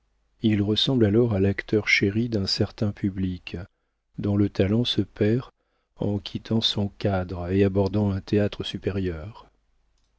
il ressemble alors à l'acteur chéri d'un certain public dont le talent se perd en quittant son cadre et abordant un théâtre supérieur